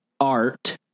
art